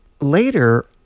later